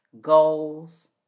goals